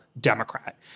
Democrat